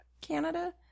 Canada